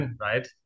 right